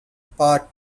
part